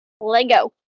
lego